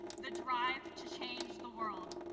the drive to change the world.